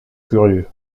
curieux